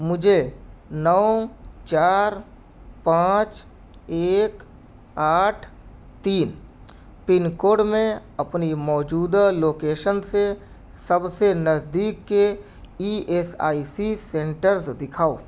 مجھے نو چار پانچ ایک آٹھ تین پن کوڈ میں اپنی موجودہ لوکیشن سے سب سے نزدیک کے E S I C centres دکھاؤ